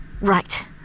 Right